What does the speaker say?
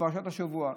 לפרשת השבוע.